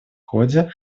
ходе